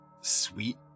sweet